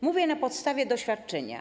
Mówię to na podstawie doświadczenia.